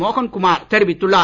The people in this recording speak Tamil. மோகன்குமார் தெரிவித்துள்ளார்